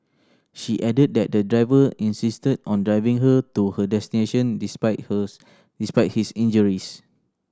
she added that the driver insisted on driving her to her destination despite despite his injuries